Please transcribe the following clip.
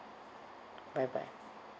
bye bye